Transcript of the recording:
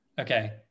Okay